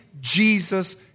Jesus